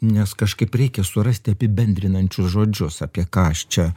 nes kažkaip reikia surasti apibendrinančius žodžius apie ką aš čia